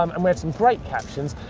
um and we have some great captions.